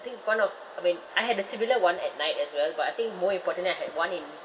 I think one of I mean I had a similar [one] at night as well but I think more importantly I had one in